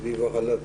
תודה רבה,